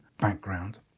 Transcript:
background